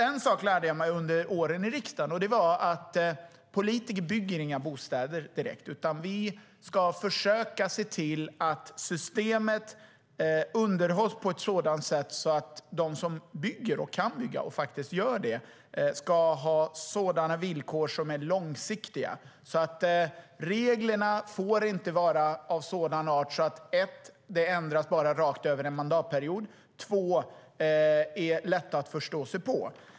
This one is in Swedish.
En sak lärde jag mig under mina år i riksdagen, nämligen att politiker bygger inga bostäder. Vi ska försöka se till att systemet underhålls på ett sådant sätt att de som bygger, kan bygga och faktiskt bygger ska ha långsiktiga villkor. Reglerna får för det första inte vara av sådan art att de ändras rakt över en mandatperiod men ska för det andra vara lätta att förstå sig på.